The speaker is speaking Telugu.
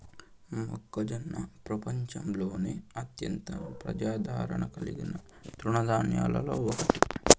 మొక్కజొన్న ప్రపంచంలోనే అత్యంత ప్రజాదారణ కలిగిన తృణ ధాన్యాలలో ఒకటి